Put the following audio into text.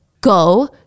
Go